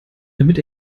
damit